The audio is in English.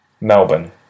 Melbourne